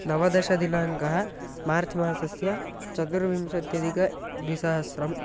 नवदशदिनाङ्कः मार्च् मासस्य चतुर्विंशत्यधिकद्विसहस्रम्